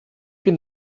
bin